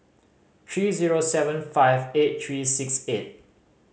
three zero seven five eight three six eight